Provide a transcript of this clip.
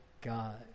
God